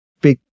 big